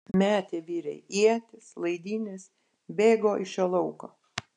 metė vyrai ietis laidynes bėgo iš šio lauko